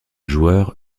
joueur